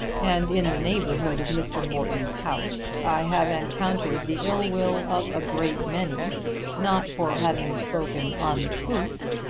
and in the neighbourhood of mr. morton's house, i have encountered the ill will of a great many not for having spoken untruth,